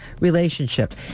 relationship